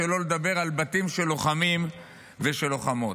שלא לדבר על בתים של לוחמים ושל לוחמות.